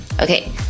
Okay